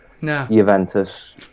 Juventus